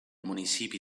municipi